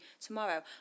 tomorrow